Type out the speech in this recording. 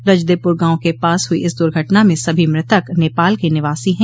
रजदेपुर गांव के पास हुई इस दुर्घटना में सभी मृतक नेपाल के निवासी है